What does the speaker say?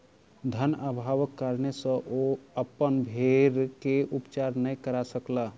धन अभावक कारणेँ ओ अपन भेड़ के उपचार नै करा सकला